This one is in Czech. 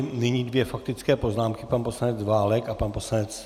Nyní dvě faktické poznámky pan poslanec Válek a pan poslanec Martínek.